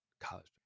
College